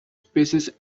spices